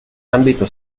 ambito